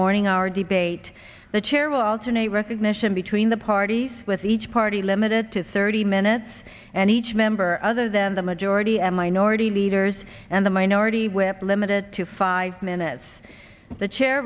morning hour debate the chair will alternate recognition between the parties with each party limited to thirty minutes and each member other than the majority and minority leaders and the minority whip limited to five minutes the chair